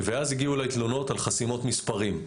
ואז הגיעו אליי תלונות על חסימות מספרים.